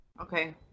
Okay